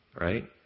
right